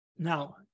Now